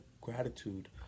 gratitude